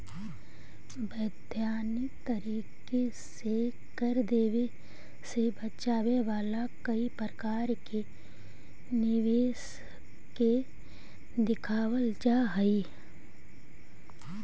वैधानिक तरीके से कर देवे से बचावे वाला कई प्रकार के निवेश के दिखावल जा हई